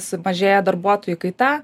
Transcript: sumažėja darbuotojų kaita